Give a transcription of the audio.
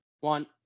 One